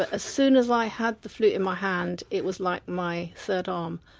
ah ah soon as i had the flute in my hand it was like my third arm,